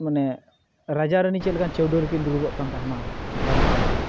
ᱢᱟᱱᱮ ᱨᱟᱡᱟᱼᱨᱟᱹᱱᱤ ᱪᱮᱫᱞᱮᱠᱟᱱ ᱪᱟᱹᱣᱰᱟᱹᱞ ᱨᱮᱠᱤᱱ ᱫᱩᱲᱩᱵᱚᱜᱠᱟᱱ ᱛᱟᱦᱮᱱᱟ ᱚᱝᱠᱟᱱᱟᱜ ᱡᱟᱜᱟᱦᱚᱸ ᱢᱮᱱᱟᱜᱼᱟ